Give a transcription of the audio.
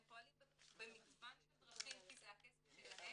הם פועלים במגוון של דרכים כי זה הכסף שלהם.